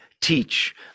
teach